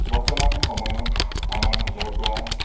বৰ্তমান সময়ত আমাৰ মাজৰ পৰা